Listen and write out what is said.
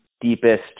deepest